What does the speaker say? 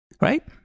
right